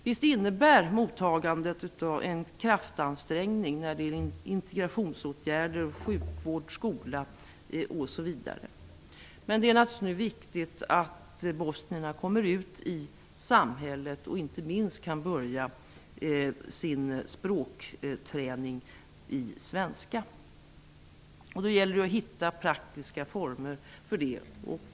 Visst innebär mottagandet en kraftansträngning när det gäller integrationsåtgärder, sjukvård, skola osv. Men nu är det viktigt att bosnierna kommer ut i samhället och kan börja sin språkträning i svenska. Det gäller att hitta praktiska former för det.